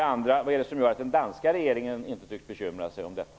Vad är det som gör att den danska regeringen inte tycks bekymra sig om detta?